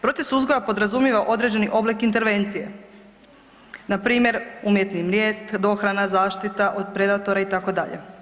Proces uzgoja podrazumijeva određeni oblik intervencije, na primjer umjetni mrijest, dohrana, zaštita od predatora itd.